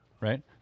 right